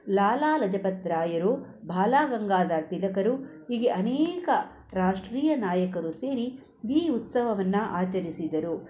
ಲಾಲಾ ಲಜಪತ್ ರಾಯರು ಬಾಲ ಗಂಗಾಧರ್ ತಿಲಕರು ಹೀಗೆ ಅನೇಕ ರಾಷ್ಟ್ರೀಯ ನಾಯಕರು ಸೇರಿ ಈ ಉತ್ಸವವನ್ನು ಆಚರಿಸಿದರು